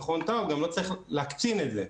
גם לא צריך להקצין את זה.